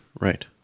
Right